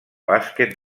bàsquet